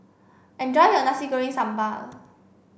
enjoy your Nasi Goreng Sambal